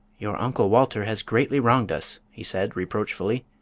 your uncle walter has greatly wronged us, he said, reproachfully.